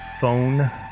phone